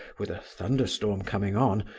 with a thunder-storm coming on,